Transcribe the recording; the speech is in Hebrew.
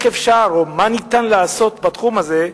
מה אפשר לעשות בתחום הזה,